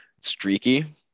streaky